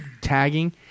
tagging